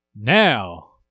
Now